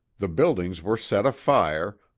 the buildings were set afire,